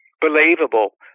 believable